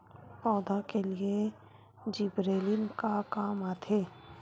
पौधा के लिए जिबरेलीन का काम आथे?